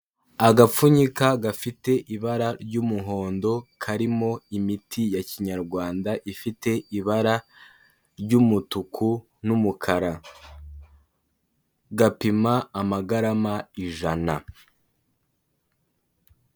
Agapfunyika gafite ibara ry'umuhondo karimo imiti ya kinyarwanda, ifite ibara ry'umutuku n'umukara, gapima amagarama ijana.